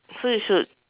so you should